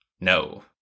No